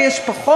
לי יש פחות.